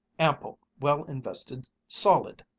ample, well-invested, solid.